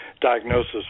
Diagnosis